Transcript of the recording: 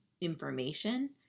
information